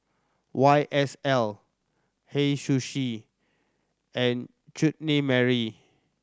Y S L Hei Sushi and Chutney Mary